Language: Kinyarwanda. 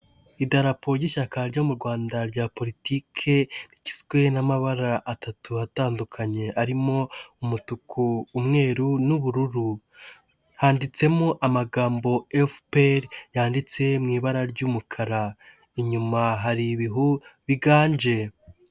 Idarapo ry'ishyaka ryo mu Rwanda rya politiki rigizwe n'amabara atatu atandukanye, arimo umutuku, umweru n'ubururu. Handitsemo amagambo efuperi yanditse mu ibara ry'umukara. Inyuma hari ibihu biganje.